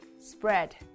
spread